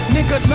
Nigga